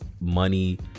money